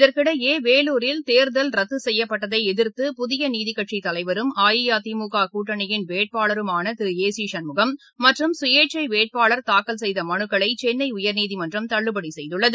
இதற்கிடையே வேலூரில் தேர்தல் ரத்து செய்யப்பட்டதை எதிர்த்து புதிய நீதிக் கட்சியின் தலைவரும் அஇஅதிமுக கூட்டணியின் வேட்பாளருமான திரு ஏ சி சண்முகம் மற்றும் சுயேட்சை வேட்பாளர் தாக்கல் செய்த மலுக்களை சென்னை உயர்நீதிமன்றம் தள்ளுபடி செய்துள்ளது